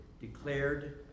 declared